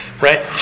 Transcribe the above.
right